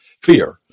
Fear